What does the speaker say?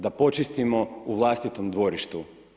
Da počistimo u vlastitom dvorištu.